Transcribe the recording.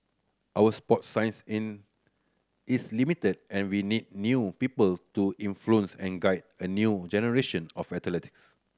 our sports science in is limited and we need new people to influence and guide a new generation of athletes